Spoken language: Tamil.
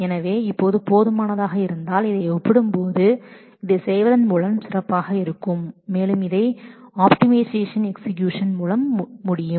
எனவே இது போதுமானதாக இருந்தால் இதை ஒப்பிடும்போது இதைச் செய்வதன் மூலம் சிறப்பாக இருக்கும் மேலும் இதை அப்டிமைஸிட் எக்ஸீயூஷன் கொரி மூலம் செய்யலாம்